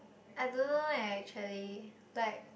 I don't know leh actually but